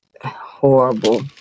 horrible